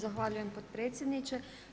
Zahvaljujem potpredsjedniče.